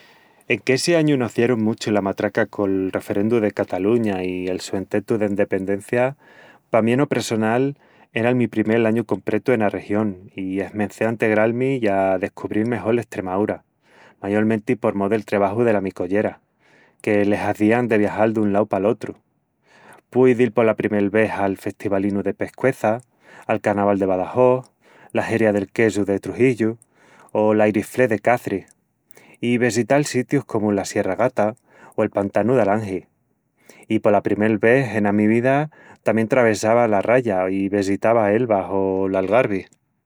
Enque essi añu nos dierun muchu la matraca col referendu de Cataluña i el su ententu d'endependencia, pa mí eno pressonal era el mi primel añu compretu ena región i esmencé a entegral-mi i a descubril mejol Estremaúra, mayolmenti por mó del trebaju dela mi collera, que le hazían de viajal dun lau pal otru. Púi dil pola primel ves al Festivalinu de Pescueça, al Carnaval de Badajós, la Heria del Quesu de Trugillu o l'Irish Fleadh de Caçris; i vesital sitius comu la Sierra Gata o el pantanu d’Alangi. I pola primel ves ena mi vida tamién travessava la Raia i vesitava Elvas o l'Algarvi.